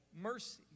mercy